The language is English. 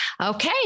Okay